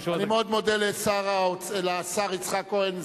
או יושב-ראש אני מאוד מודה לשר יצחק כהן,